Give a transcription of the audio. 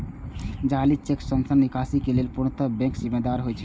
जाली चेक सं धन निकासी के लेल पूर्णतः बैंक जिम्मेदार होइ छै